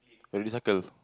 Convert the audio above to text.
already settles